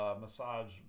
massage